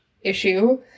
issue